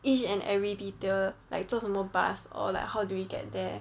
each and every detail like 坐什么 bus or like how do we get there